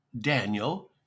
Daniel